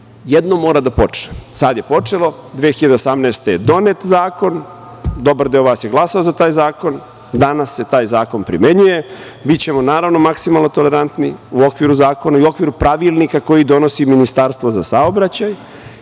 Jednom mora da počne. Sada je počelo, 2018. godine je donet zakon. Dobar deo vas je glasao za taj zakon, danas se taj zakon primenjuje. Bićemo naravno maksimalno tolerantni u okviru zakona i u okviru Pravilnika koji donosi Ministarstvo za saobraćaj